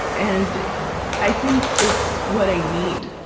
and i think it's what i need.